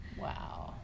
wow